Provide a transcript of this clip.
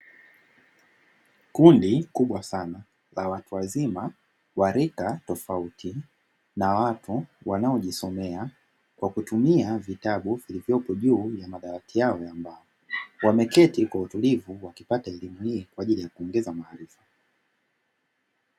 Kundi kubwa sana la watu wazima, wa rika tofauti na watu wanaojisomea kwa kutumia vitabu vilivyopo juu ya madawati hayo ya mbao. Wameketi kwa utulivu wakipata elimu hiyo kwa ajili ya kuongeza maarifa.